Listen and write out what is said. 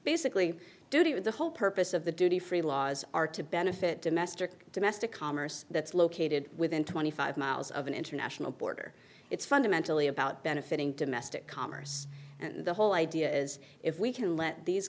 with the whole purpose of the duty free laws are to benefit domestic domestic commerce that's located within twenty five miles of an international border it's fundamentally about benefiting domestic commerce and the whole idea is if we can let these